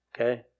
okay